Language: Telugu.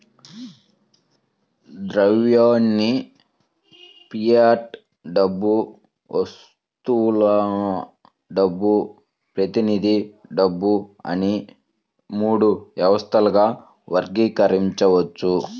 ద్రవ్యాన్ని ఫియట్ డబ్బు, వస్తువుల డబ్బు, ప్రతినిధి డబ్బు అని మూడు వ్యవస్థలుగా వర్గీకరించవచ్చు